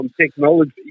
technology